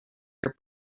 your